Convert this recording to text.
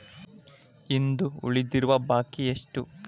ಇಂದು ಉಳಿದಿರುವ ಬಾಕಿ ಎಷ್ಟು?